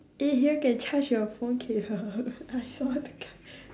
eh here can charge your phone cable I also want to cha~